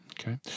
Okay